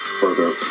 further